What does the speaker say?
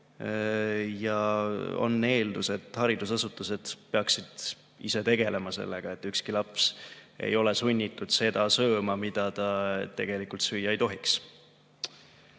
Eeldatakse, et haridusasutused peaksid ise tegelema sellega, et ükski laps ei oleks sunnitud sööma seda, mida ta tegelikult süüa ei tohi.